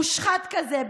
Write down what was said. מושחת כזה,